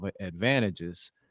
advantages